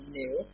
new